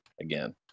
again